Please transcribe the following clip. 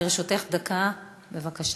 לרשותך דקה, בבקשה.